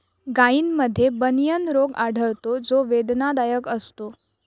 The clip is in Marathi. गायींमध्ये बनियन रोग आढळतो जो वेदनादायक असतो